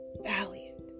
Valiant